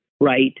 right